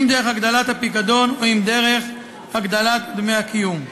אם דרך הגדלת הפיקדון או דרך הגדלת דמי הקיום.